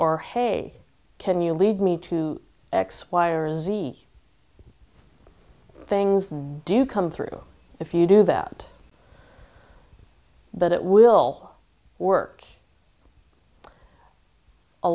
or hey can you lead me to x y or z things do come through if you do that that it will work a